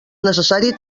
necessari